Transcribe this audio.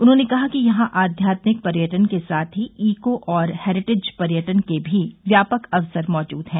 उन्होंने कहा कि यहां आध्यात्मिक पर्यटन के साथ ही ईको और हैरीटेज पर्यटन के भी व्यापक अवसर मौजूद है